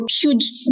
huge